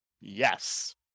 Yes